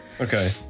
okay